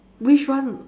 which one